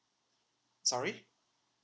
sorry